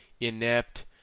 inept